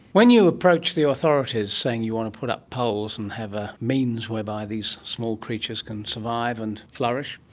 when you approach the authorities saying you want to put up poles and have a means whereby these small creatures can survive and flourish,